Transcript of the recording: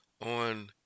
On